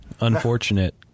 Unfortunate